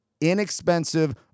inexpensive